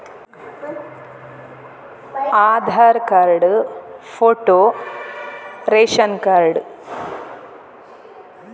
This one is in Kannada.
ಹೊಸ ಸೇವಿಂಗ್ ಅಕೌಂಟ್ ಓಪನ್ ಮಾಡಲು ಒಂದು ಫಾರ್ಮ್ ಸಿಗಬಹುದು? ಅದಕ್ಕೆ ಏನೆಲ್ಲಾ ಡಾಕ್ಯುಮೆಂಟ್ಸ್ ಬೇಕು?